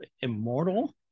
immortal